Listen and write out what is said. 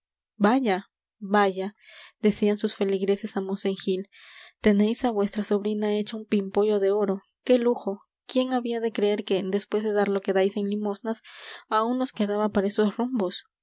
vaya vaya decían sus feligreses á mosén gil tenéis á vuestra sobrina hecha un pimpollo de oro qué lujo quién había de creer que después de dar lo que dais en limosnas aún os quedaba para esos rumbos